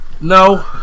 No